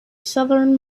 southern